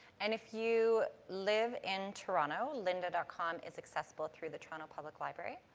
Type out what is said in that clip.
and if you live in toronto, lynda com. is accessible through the toronto public library.